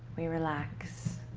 we relax